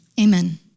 Amen